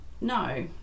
no